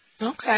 Okay